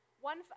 One